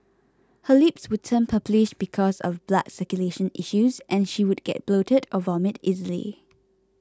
her lips would turn purplish because of blood circulation issues and she would get bloated or vomit easily